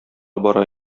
бара